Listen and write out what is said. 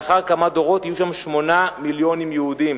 ולאחר כמה דורות יהיו שם 8 מיליונים יהודים